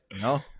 No